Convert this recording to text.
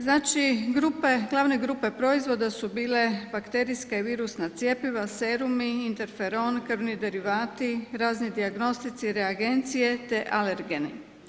Znači glavne grupe proizvoda su bile bakterijska i virusna cjepiva, serum, interferon, krvni derivati, razni dijagnostici, reagencije te alergeni.